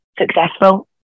successful